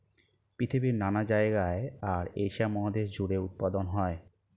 পৃথিবীর নানা জায়গায় আর এশিয়া মহাদেশ জুড়ে উৎপাদন হয়